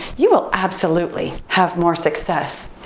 you will absolutely have more success.